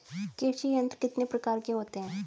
कृषि यंत्र कितने प्रकार के होते हैं?